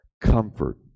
comfort